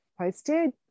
posted